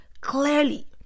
clearly